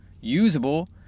usable